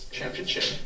Championship